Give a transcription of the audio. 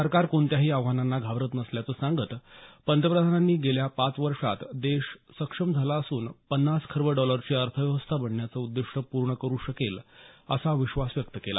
सरकार कोणत्याही आव्हानांना घाबरत नसल्याचं सांगत पंतप्रधानांनी गेल्या पाच वर्षात देश सक्षम झाला असून पन्नास खर्व डॉलरची अर्थव्यवस्था बनण्याचं उद्दीष्ट पूर्ण करू शकेल असा विश्वास व्यक्त केला